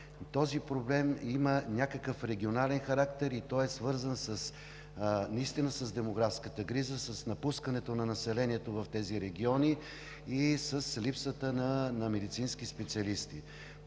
Този проблем има някакъв регионален характер и той е свързан с демографската криза, с напускането на населението в тези региони и с липсата на медицински специалисти.